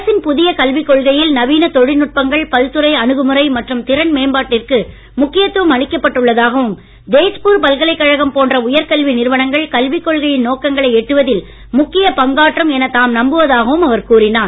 அரசின் புதிய கல்விக் கொள்கையில் நவீன தொழில்நுட்பங்கள் பல்துறை அணுகுமுறை மற்றும் திறன் மேம்பாட்டிற்கு முக்கியத் துவம் அளிக்கப்பட்டுள்ளதாகவும் தேஜ்பூர் பல்கலைக் கழகம் போன்ற உயர்கல்வி நிறுவனங்கள் கல்விக் கொள்கையின் நோக்கங்களை எட்டுவதில் முக்கிய பங்காற்றும் என தாம் நம்புவதாகவும் அவர் கூறினார்